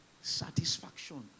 satisfaction